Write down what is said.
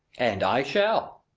and i shall.